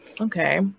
okay